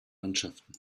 mannschaften